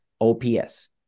OPS